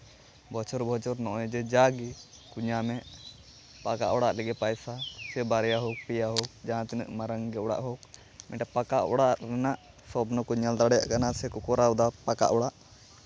ᱵᱚᱪᱷᱚᱨ ᱵᱚᱪᱷᱚᱨ ᱱᱚᱜᱼᱚᱸᱭ ᱡᱮ ᱡᱟᱜ ᱜᱮ ᱠᱚ ᱧᱟᱢᱮᱜ ᱯᱟᱠᱟ ᱚᱲᱟᱜ ᱞᱟᱹᱜᱤᱫ ᱯᱚᱭᱥᱟ ᱥᱮ ᱵᱟᱨᱭᱟ ᱦᱳᱠ ᱯᱮᱭᱟ ᱦᱳᱠ ᱡᱟᱦᱟᱸ ᱛᱤᱱᱟᱹᱜ ᱢᱟᱨᱟᱝ ᱜᱮ ᱚᱟᱜ ᱦᱳᱠ ᱢᱤᱫᱴᱮᱡ ᱯᱟᱠᱟ ᱚᱲᱟᱜ ᱨᱮᱱᱟᱜ ᱥᱚᱯᱱᱚ ᱠᱚ ᱧᱮᱞ ᱫᱟᱲᱮᱭᱟᱜ ᱠᱟᱱᱟ ᱥᱮᱠᱚ ᱠᱚᱨᱟᱣᱫᱟ ᱯᱟᱠᱟ ᱚᱲᱟᱜ